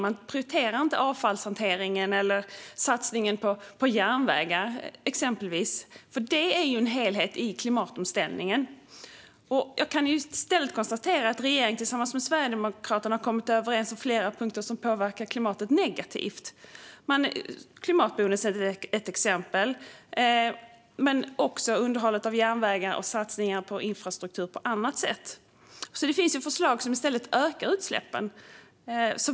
Man prioriterar inte avfallshanteringen eller satsningen på järnvägar. Det är ju en helhet i klimatomställningen. Jag kan i stället konstatera att regeringen tillsammans med Sverigedemokraterna har kommit överens om flera punkter som påverkar klimatet negativt. Detta med klimatbonusen är ett exempel. Men det handlar också om detta med underhåll av järnvägar och satsningar på infrastruktur på annat sätt. Det finns alltså förslag som i stället ökar utsläppen.